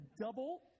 double